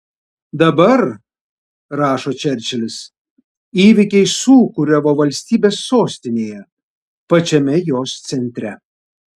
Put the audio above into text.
dabar rašo čerčilis įvykiai sūkuriavo valstybės sostinėje pačiame jos centre